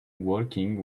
walking